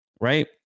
right